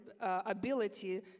ability